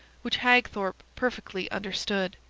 which hagthorpe perfectly understood.